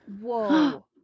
whoa